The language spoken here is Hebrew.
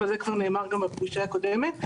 אבל זה כבר נאמר בפגישה הקודמת.